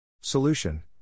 Solution